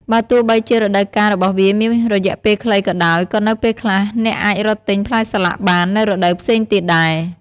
បើទោះបីជារដូវកាលរបស់វាមានរយៈពេលខ្លីក៏ដោយ ក៏នៅពេលខ្លះអ្នកអាចរកទិញផ្លែសាឡាក់បាននៅរដូវផ្សេងទៀតដែរ។